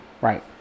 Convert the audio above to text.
Right